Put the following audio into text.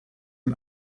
ein